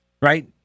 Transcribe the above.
right